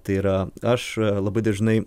tai yra aš labai dažnai